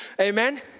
Amen